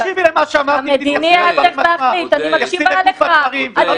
תקשיבי למה שאמרתי בדיוק --- מתייחסים לגוף הדברים